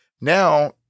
now